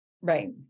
right